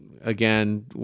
again